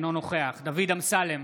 אינו נוכח דוד אמסלם,